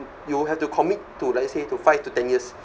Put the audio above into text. you will have to commit to let's say to five to ten years